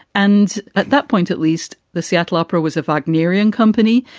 and at that point at least, the seattle opera was a faulknerian company.